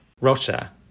Russia